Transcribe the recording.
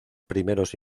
primeros